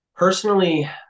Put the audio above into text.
Personally